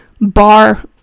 bar